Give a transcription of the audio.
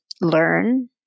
learn